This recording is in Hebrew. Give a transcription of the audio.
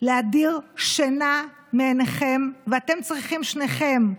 להדיר שינה מעיניכם, ואתם צריכים שניכם,